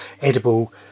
edible